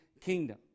kingdom